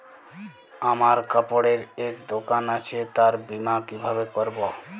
আমার কাপড়ের এক দোকান আছে তার বীমা কিভাবে করবো?